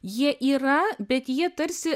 jie yra bet jie tarsi